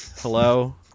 Hello